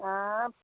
অঁ